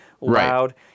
loud